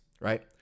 right